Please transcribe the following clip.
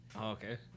Okay